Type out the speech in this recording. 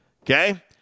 Okay